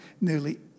nearly